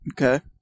Okay